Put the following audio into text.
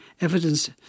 evidence